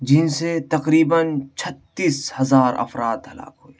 جن سے تقریباً چھتیس ہزار افراد ہلاک ہوئے